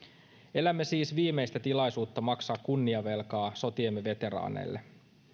elämme siis viimeistä tilaisuutta maksaa kunniavelkaa sotiemme veteraaneille